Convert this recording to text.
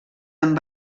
amb